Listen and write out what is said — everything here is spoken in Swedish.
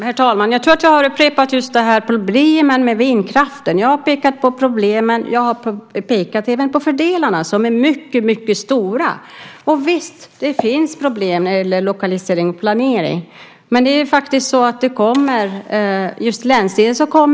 Herr talman! Jag har redan pekat på problemen med vindkraften, och jag har även pekat på fördelarna, som är mycket stora. Och visst, det finns problem när det gäller lokalisering och planering. Det har länsstyrelserna, som ju har ansvaret, tagit upp.